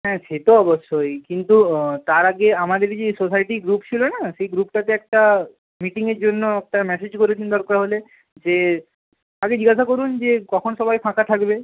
হ্যাঁ সে তো অবশ্যই কিন্তু তার আগে আমাদের সোসাইটি গ্রুপ ছিল না সেই গ্রুপটাতে একটা মিটিংয়ের জন্য একটা মেসেজ করে দিন দরকার হলে যে আগে জিজ্ঞাসা করুন যে কখন সবাই ফাঁকা থাকবে